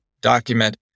document